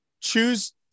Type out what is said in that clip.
choose